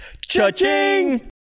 Cha-ching